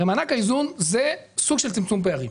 הרי מענק האיזון הוא סוג של צמצום פערים.